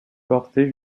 portée